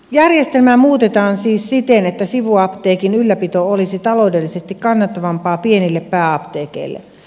järjestelmää muutetaan siis siten että sivuapteekin ylläpito olisi taloudellisesti kannattavampaa pienille pääapteekeille